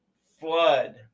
flood